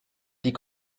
die